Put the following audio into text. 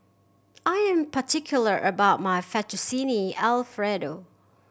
I am particular about my Fettuccine Alfredo